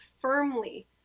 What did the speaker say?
firmly